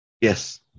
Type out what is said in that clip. Yes